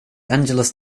angeles